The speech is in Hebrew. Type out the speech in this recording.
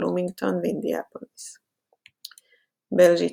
בלומינגטון ואינדיאנפוליס בלז'יצה,